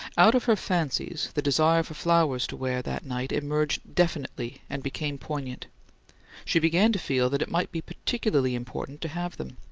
out of her fancies the desire for flowers to wear that night emerged definitely and became poignant she began to feel that it might be particularly important to have them.